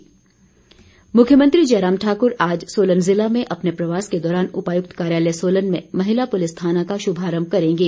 प्रवास मुख्यमंत्री जयराम ठाकुर आज सोलन जिला में अपने प्रवास के दौरान उपायुक्त कार्यालय सोलन में महिला पुलिस थाना का शुभारंभ करेंगे